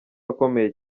akomeye